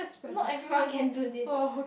not everyone can do this